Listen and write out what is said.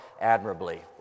admirably